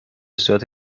صورت